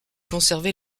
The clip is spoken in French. conservé